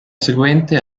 seguente